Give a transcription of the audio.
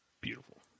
Beautiful